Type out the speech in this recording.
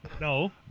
No